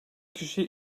kişiye